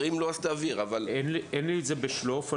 אין לי את זה בשלוף.